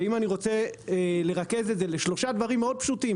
אם אני רוצה לרכז את זה לשלושה דברים מאוד פשוטים